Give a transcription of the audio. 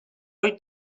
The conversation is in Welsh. wyt